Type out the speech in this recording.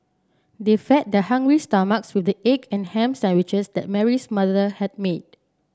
they fed their hungry stomachs with the egg and ham sandwiches that Mary's mother had made